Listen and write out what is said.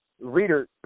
reader